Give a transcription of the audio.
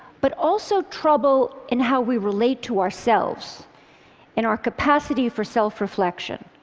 but also trouble in how we relate to ourselves and our capacity for self-reflection.